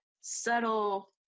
subtle